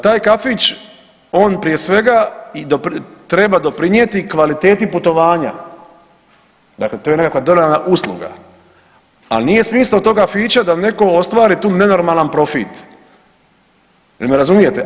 Taj kafić on prije svega treba doprinijeti kvaliteti putovanja, dakle to je neka dodana usluga, a nije smisao tog kafića da netko ostvari tu nenormalan profit, jel me razumijete.